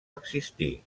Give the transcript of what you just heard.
existir